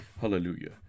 Hallelujah